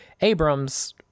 Abrams